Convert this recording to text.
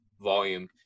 volume